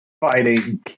fighting